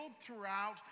throughout